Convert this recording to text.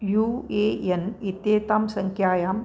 you A N इत्येतां सङ्ख्यायां